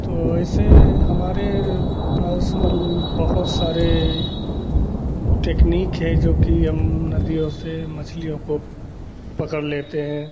तो ऐसे हमारे पास मतलब बहुत सारे टेकनीक हैं जो कि हम नदियों से मछलियों को पकड़ लेते हैं